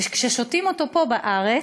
וכששותים אותו פה בארץ,